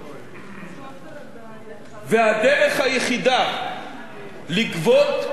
הדרך היחידה לגבות סכומים של מיליארדים